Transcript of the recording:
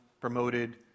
promoted